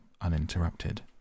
uninterrupted